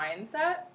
mindset